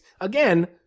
again